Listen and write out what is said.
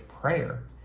prayer